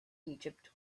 egypt